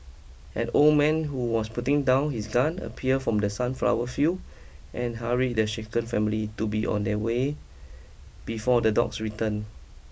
an old man who was putting down his gun appear from the sunflower field and hurry the shaken family to be on their way before the dogs return